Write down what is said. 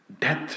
death